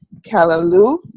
kalaloo